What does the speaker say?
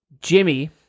Jimmy